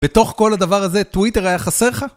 בתוך כל הדבר הזה, טוויטר היה חסר לך?